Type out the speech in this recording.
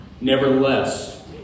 nevertheless